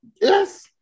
yes